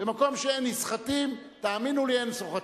במקום שאין נסחטים, תאמינו לי, אין סוחטים.